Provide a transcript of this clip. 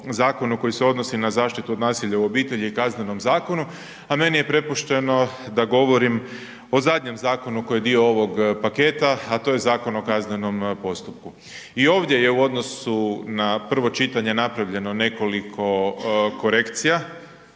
koji se odnosi na zaštitu od nasilja u obitelji i KZ-u a meni je prepušteno da govorim o zadnjem zakonu koji je dio ovog paketa a to je ZKP. I ovdje je u odnosu na prvo čitanje napravljeno nekoliko korekcija,